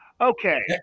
Okay